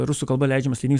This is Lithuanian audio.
rusų kalba leidžiamas leidinys